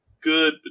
good